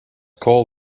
called